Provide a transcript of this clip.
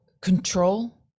control